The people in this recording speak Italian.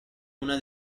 una